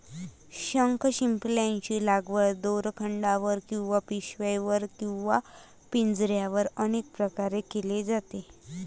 शंखशिंपल्यांची लागवड दोरखंडावर किंवा पिशव्यांवर किंवा पिंजऱ्यांवर अनेक प्रकारे केली जाते